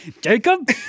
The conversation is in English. Jacob